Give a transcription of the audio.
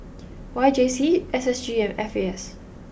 Y J C S S G and F A S